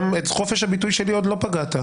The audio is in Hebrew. בחופש הביטוי שלי עוד לא פגעת.